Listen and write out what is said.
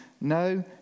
no